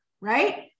right